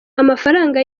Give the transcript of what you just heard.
amafaranga